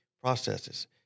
processes